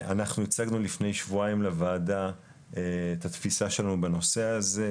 אנחנו הצגנו לפני שבועיים לוועדה את התפיסה שלנו בנושא הזה,